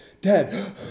dad